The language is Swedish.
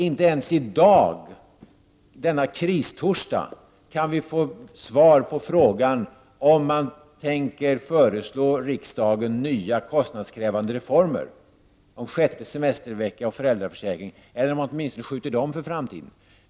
Inte ens i dag, denna kristorsdag, kan vi få svar på frågan om man tänker föreslå riksdagen nya kostnadskrävande reformer, som den sjätte semesterveckan och en utbyggnad av föräldraförsäkringen, eller om man åtminstone skjuter dessa på framtiden.